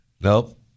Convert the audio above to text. Nope